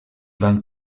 van